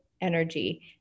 energy